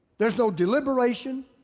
there's no deliberation.